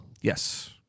Yes